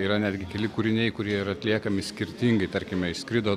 yra netgi keli kūriniai kurie yra atliekami skirtingai tarkime išskrido